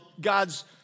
God's